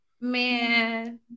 Man